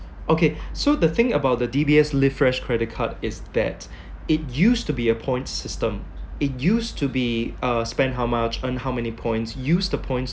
okay so the thing about the D_B_S live fresh credit card is that it used to be a point system it used to be uh spend how much earn how many points use the points